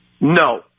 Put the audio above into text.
No